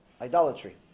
idolatry